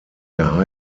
der